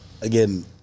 Again